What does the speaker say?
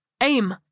Aim